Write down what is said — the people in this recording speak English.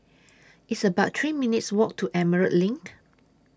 It's about three minutes' Walk to Emerald LINK